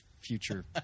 future